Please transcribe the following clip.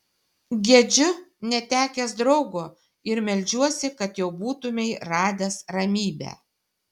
gedžiu netekęs draugo ir meldžiuosi kad jau būtumei radęs ramybę